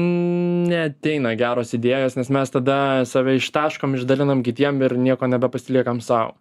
neateina geros idėjos nes mes tada save ištaškom išdalinam kitiem ir nieko nepasiliekam sau